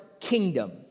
kingdom